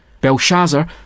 Belshazzar